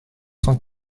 cent